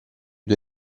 due